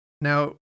Now